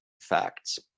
facts